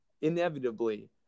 inevitably